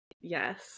Yes